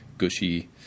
gushy